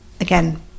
Again